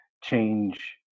change